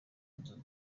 nzu